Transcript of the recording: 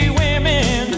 women